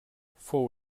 fou